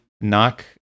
knock